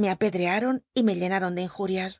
me aped rearon y me llena ron de injurias